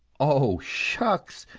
oh, shucks!